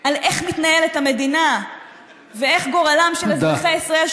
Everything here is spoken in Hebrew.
על איך מתנהלת המדינה ואיך גורלם של אזרחי ישראל,